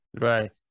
right